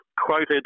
quoted